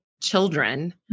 children